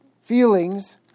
feelings